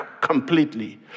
completely